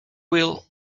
wheel